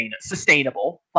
sustainable